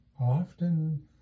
often